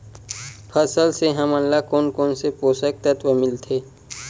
फसल से हमन ला कोन कोन से पोषक तत्व मिलथे?